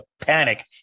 panic